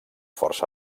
força